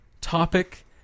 topic